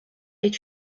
est